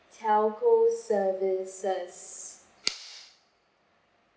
telco services